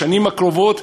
בשנים הקרובות,